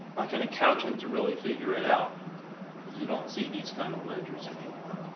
like an accountant to really figure it out, because you don't see these kind of ledgers anymore.